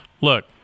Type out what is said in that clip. Look